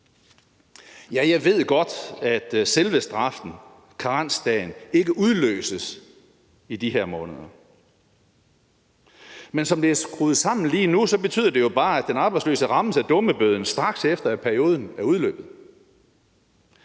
jeg ved godt, at selve straffen, altså karensdagen, ikke udløses i de her måneder, men som det er skruet sammen lige nu, betyder det jo bare, at den arbejdsløse rammes af dummebøden, straks efter at perioden er udløbet.